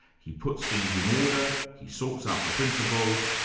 he puts things in order, he sorts out the principles,